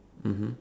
mmhmm